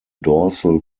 dorsal